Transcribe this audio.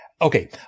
Okay